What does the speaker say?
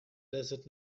desert